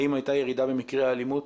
האם הייתה ירידה במקרי האלימות.